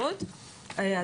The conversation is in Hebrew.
לא.